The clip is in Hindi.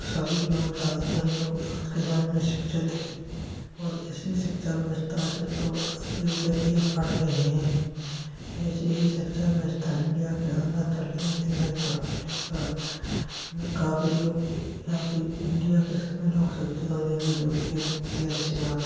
सभी लोग ज़्यादातर लोग आज के समय में शिक्षित हैं और इसी शिक्षा व्यवस्था से लोग आगे कि हैं पढ़ रहे हैं ऐसे ही शिक्षा व्यवस्था इंडिया के अंदर चली आती रही तो इंडिया में काफी लोग यहाँ कि इंडिया के सभी लोग शिक्षित हो जाएंगे जो बहुत ही अच्छी बात